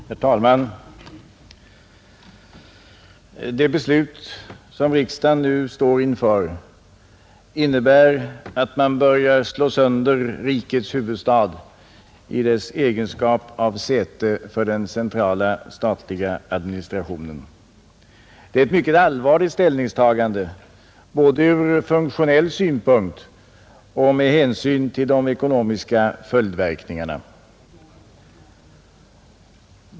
Herr talman! Det beslut riksdagen nu står inför innebär att man börjar slå sönder rikets huvudstad i dess egenskap av säte för den centrala statliga administrationen. Det är ett mycket allvarligt ställningstagande, både ur funktionell synpunkt och med hänsyn till de ekonomiska följdverkningarna.